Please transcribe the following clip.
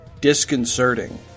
disconcerting